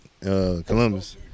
Columbus